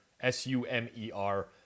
s-u-m-e-r